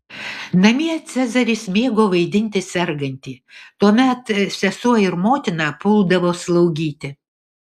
namie cezaris mėgo vaidinti sergantį tuomet sesuo ir motina puldavo slaugyti